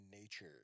nature